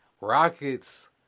Rockets